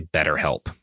BetterHelp